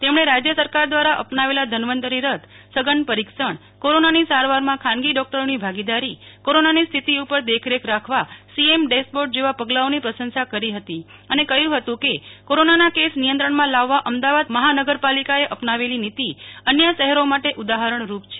તેમણે રાજય સરકાર દવારા અપનાવેલા ધનવંતરી રથ સઘન પરીક્ષણ કોરોનાની સારવારમાં ખાનગી ડોકટરોની ભાગોદારી કોરોનાની સ્થિતિ ઉપર દેખરેખ રાખવા સી અમ ડેશબોર્ડ જેવા પગલા ઓનો પ્રશંસા કરી હતી અને કહયું હતું કે કોરોનાના કસ નિયંત્રણમાં લાવવા અમદાવાદ મહાનગર પાલિકાએ અપનાવેલી નીતિ અન્ય શહેરો માટે ઉદાહરણરૂપ છે